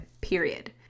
period